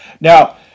Now